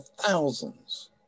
thousands